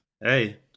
Hey